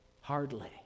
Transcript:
Hardly